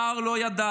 מר לא ידעתי,